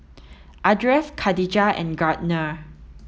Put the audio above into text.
Ardeth Kadijah and Gardner